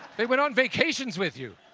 they went on vacations with you.